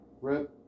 Rip